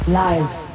live